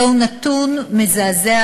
זהו נתון מזעזע,